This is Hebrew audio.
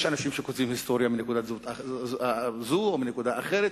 יש אנשים שכותבים היסטוריה מנקודת זהות כזאת או מנקודה אחרת,